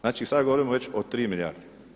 Znači sad govorimo već o 3 milijarde.